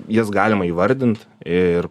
jas galima įvardint ir